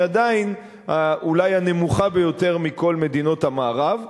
היא עדיין אולי הנמוכה ביותר מבכל מדינות המערב.